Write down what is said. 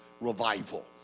revival